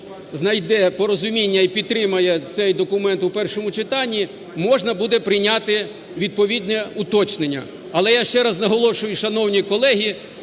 знайде порозуміння і підтримає цей документ у першому читання, можна буде прийняти відповідне уточнення. Але я ще раз наголошую, шановні колеги,